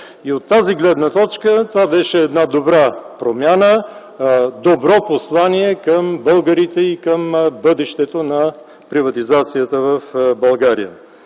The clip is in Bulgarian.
От тази гледна точка това беше една добра промяна, добро послание към българите и към бъдещето на приватизацията в България.